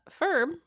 Ferb